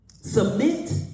submit